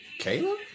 Kayla